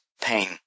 pain